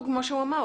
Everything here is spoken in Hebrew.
כמו שהוא אומר,